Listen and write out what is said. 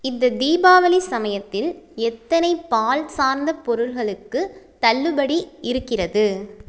இந்த தீபாவளி சமயத்தில் எத்தனை பால் சார்ந்த பொருள்களுக்கு தள்ளுபடி இருக்கிறது